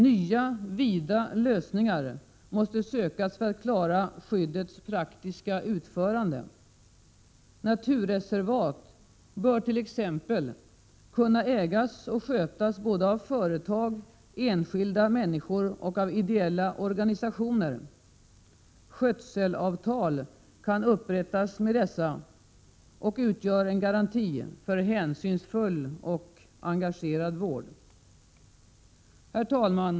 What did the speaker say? Nya vida lösningar måste sökas för att klara skyddets praktiska utförande. Naturreservat bör kunna ägas och skötas av både företag, enskilda människor och ideella organisationer. Skötselavtal kan upprättas med dessa som utgör en garanti för hänsynsfull och engagerad vård. Herr talman!